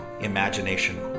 imagination